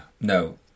No